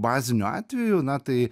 baziniu atveju na tai